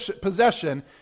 possession